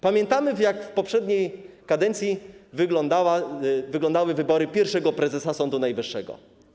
Pamiętamy, jak w poprzedniej kadencji wyglądały wybory pierwszego prezesa Sądu Najwyższego.